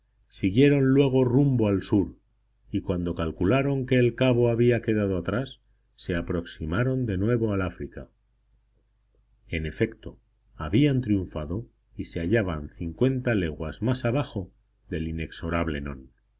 siguieron luego su rumbo al sur y cuando calcularon que el cabo había quedado atrás se aproximaron de nuevo al áfrica en efecto habían triunfado y se hallaban cincuenta leguas más abajo del inexorable non